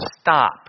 stop